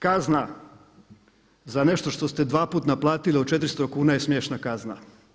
Kazna za nešto što ste dvaput naplatili od 400 kuna je smiješna kazna.